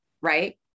right